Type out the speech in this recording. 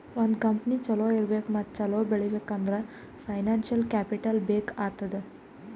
ಒಂದ್ ಕಂಪನಿ ಛಲೋ ಇರ್ಬೇಕ್ ಮತ್ತ ಛಲೋ ಬೆಳೀಬೇಕ್ ಅಂದುರ್ ಫೈನಾನ್ಸಿಯಲ್ ಕ್ಯಾಪಿಟಲ್ ಬೇಕ್ ಆತ್ತುದ್